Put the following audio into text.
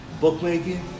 bookmaking